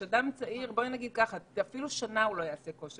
עירית סמילנסקי אדם צעיר מתאושש גם אם הוא שנה לא יעשה כושר.